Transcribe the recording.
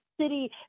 city